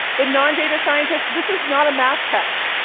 the non-data scientists this is not a math test.